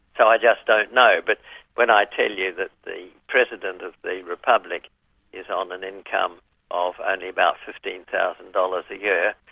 i just don't know but when i tell you that the president of the republic is on an income of only about fifteen thousand dollars a year,